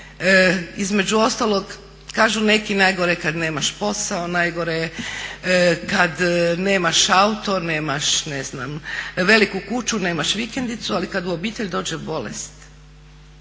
između ostalog kažu neki najgore kad nemaš posao, najgore je kad nemaš auto, nemaš veliku kuću, nemaš vikendicu, ali kad u obitelj dođe bolest